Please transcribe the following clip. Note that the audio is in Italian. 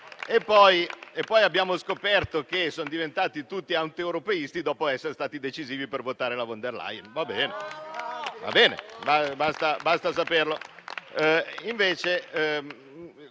poi scoperto che son diventati tutti antieuropeisti, dopo essere stati decisivi per votare la von der Leyen: va bene, basta saperlo.